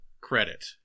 credit